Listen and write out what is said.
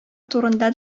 турында